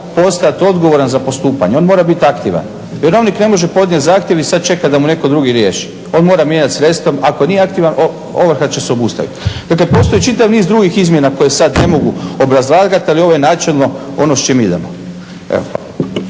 postati odgovoran za postupanje, on mora biti aktivan. Vjerovnik ne može podnijeti zahtjev i sada čekati da mu netko drugi riješi. On mora mijenjati sredstva, ako nije aktivan ovrha će se obustaviti. Dakle, postoji čitav niz drugih izmjena koje sada ne mogu obrazlagati ali je ovo načelno ono s čim idemo.